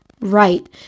right